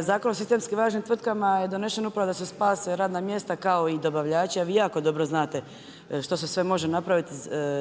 Zakon o sistemskim važnim tvrtkama je donesen upravo da se spase radna mjesta kao i dobavljače, a vi jako dobro znate što se sve može napraviti